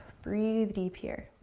breathe deep here.